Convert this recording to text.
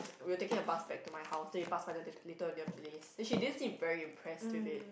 we were taking a bus back to my house then we passed by the Little Little-India place then she didn't seem very impressed with it